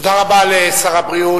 תודה רבה לשר הבריאות,